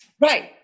Right